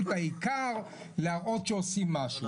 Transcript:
העיקר להראות שעושים משהו.